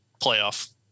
playoff